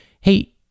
Hey